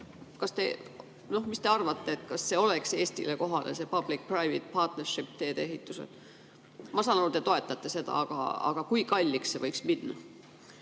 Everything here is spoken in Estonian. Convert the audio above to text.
Mis te arvate, kas see oleks Eestile kohane, seepublic-private-partnership-tee-ehitus? Ma saan aru, et te toetate seda, aga kui kalliks see võiks minna?